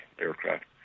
aircraft